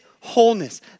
wholeness